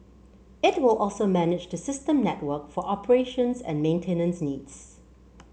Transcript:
it will also manage the system network for operations and maintenance needs